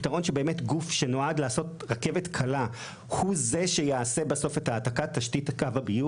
שגוף שנועד לעשות רכבת קלה הוא יעשה העתקה של תשתית הביוב?